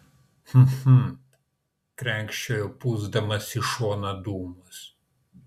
hm hm krenkščiojo pūsdamas į šoną dūmus